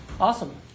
Awesome